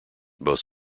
both